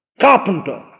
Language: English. carpenter